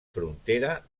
frontera